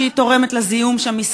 שהיא תורמת לזיהום שם,